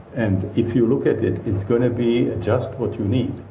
and if you look it, it's going to be just what you need